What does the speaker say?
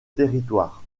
territoire